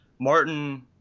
Martin